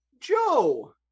joe